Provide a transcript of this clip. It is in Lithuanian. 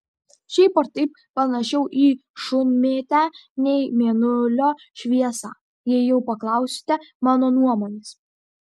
šiaip ar taip panašiau į šunmėtę nei į mėnulio šviesą jei jau paklausite mano nuomonės